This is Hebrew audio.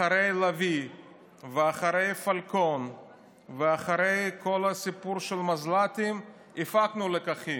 אחרי הלביא ואחרי הפלקון ואחרי כל הסיפור של המזל"טים הפקנו לקחים,